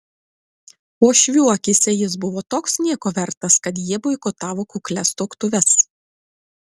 uošvių akyse jis buvo toks nieko vertas kad jie boikotavo kuklias tuoktuves